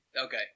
Okay